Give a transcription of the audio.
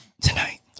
tonight